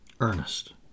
Ernest